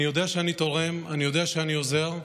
אני יודע שאני תורם, אני יודע שאני עוזר,